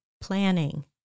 planning